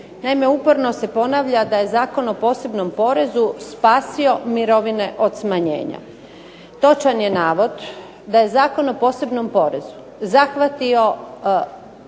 Naime uporno se ponavlja da je Zakon o posebnom porezu spasio mirovine od smanjenja. Točan je navod da je Zakon o posebnom porezu zahvatio